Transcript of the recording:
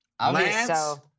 Lance